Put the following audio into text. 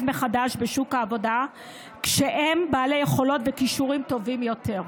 מחדש בשוק העבודה כשהם בעלי יכולות וכישורים טובים יותר.